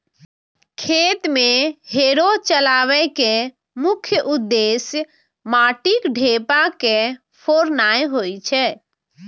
खेत मे हैरो चलबै के मुख्य उद्देश्य माटिक ढेपा के फोड़नाय होइ छै